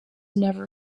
never